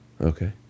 Okay